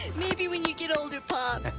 maybe when you get older, pop.